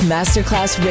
Masterclass